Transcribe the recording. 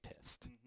pissed